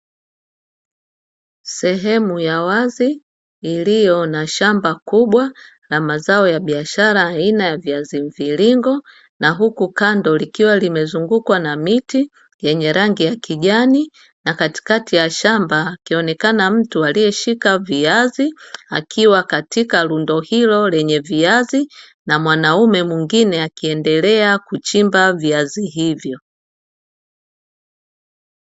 Sehemu ya wazi iliyo na shamba kubwa na mazao ya biashara aina ya viazi mviringo na huku kando, likiwa limezungukwa na miti yenye rangi ya kijani na katikati ya shamba akionekana mtu aliyeshika viazi akiwa katika lundo hilo lenye viazi na mwanaume mwingine akiendelea kuchimba viazi hivyo.